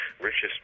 richest